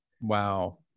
wow